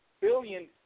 billion